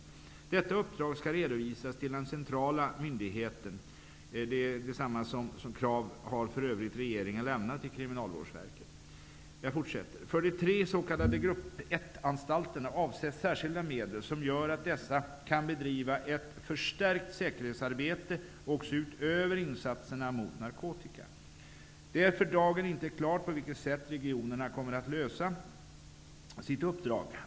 Detta uppdrag skall redovisas till den centrala myndigheten (samma krav har för övrigt regeringen lämnat till För de tre s.k. grupp 1-anstalterna avsätts särskilda medel som gör att dessa kan bedriva ett förstärkt säkerhetsarbete också utöver insatserna mot narkotika. Det är för dagen inte klart på vilket sätt regionerna kommer att lösa sitt uppdrag.